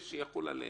שזה יחול עליהם.